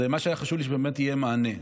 מה שהיה חשוב לי, שבאמת יהיה מענה.